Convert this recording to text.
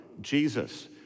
Jesus